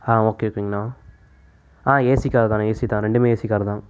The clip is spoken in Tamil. ஆ ஓகே ஓகேங்கண்ணா ஆ ஏசி கார் தாண்ணா ஏசி தான் ரெண்டுமே ஏசி கார் தான்